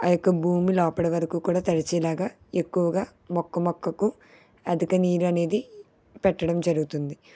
ఆ యొక్క భూమి లోపల వరకు కూడా తడిసేలాగా ఎక్కువగా మొక్క మొక్కకు అధిక నీరు అనేది పెట్టడం జరుగుతుంది